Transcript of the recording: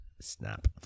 Snap